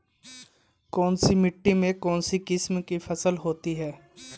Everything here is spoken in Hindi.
कौनसी मिट्टी में कौनसी किस्म की फसल की खेती होती है?